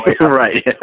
Right